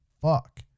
fuck